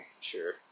Sure